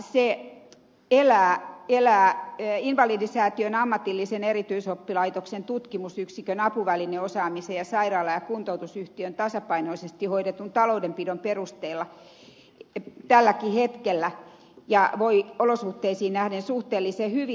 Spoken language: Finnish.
se elää invalidisäätiön ammatillisen erityisoppilaitoksen tutkimusyksikön apuvälineosaamisen ja sairaala ja kuntoutusyhtiön tasapainoisesti hoidetun taloudenpidon perusteella tälläkin hetkellä ja voi olosuhteisiin nähden suhteellisen hyvin